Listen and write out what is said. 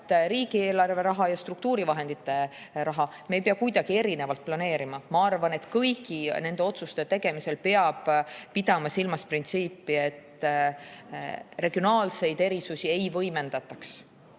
riigieelarve raha ja struktuuri[fondide] raha me ei pea kuidagi erinevalt planeerima, ma arvan, et kõigi nende otsuste tegemisel peab pidama silmas printsiipi, et regionaalseid erisusi ei võimendataks